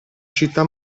città